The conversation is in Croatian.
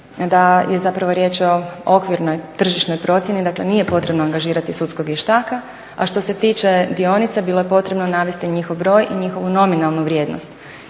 da je zapravo riječ o okvirnoj tržišnoj procijeni, dakle nije potrebno angažirati sudskog vještaka, a što se tiče dionica, bilo je potrebno navesti njihov broj i njihovu nominalnu vrijednost.